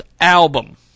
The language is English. album